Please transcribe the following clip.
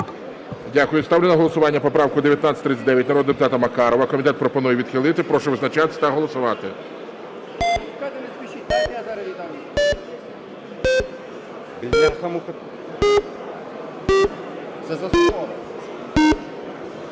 Дякую. Ставлю на голосування поправку 1939 народного депутата Макарова. Комітет пропонує відхилити. Прошу визначатися та голосувати.